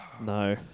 No